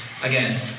again